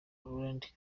laurent